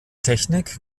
technik